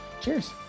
Cheers